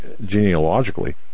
genealogically